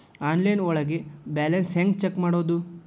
Online ಒಳಗೆ balance ಹ್ಯಾಂಗ check ಮಾಡೋದು?